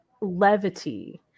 levity